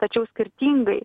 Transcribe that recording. tačiau skirtingai